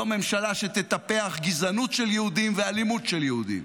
לא ממשלה שתטפח גזענות של יהודים ואלימות של יהודים.